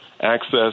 access